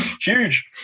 Huge